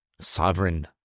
sovereign